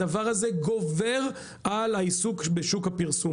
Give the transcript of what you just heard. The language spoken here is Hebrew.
הדבר הזה גובר על העיסוק בשוק הפרסום,